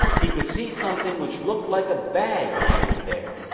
he could see something which looked like a bag hanging there,